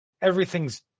Everything's